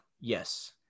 yes